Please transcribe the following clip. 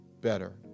better